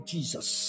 Jesus